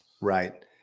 Right